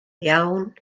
iawn